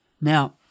Now